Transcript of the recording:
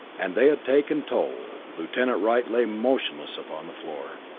and they had taken toll. lieutenant wright lay motionless upon the floor.